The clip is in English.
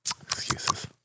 excuses